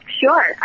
Sure